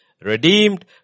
redeemed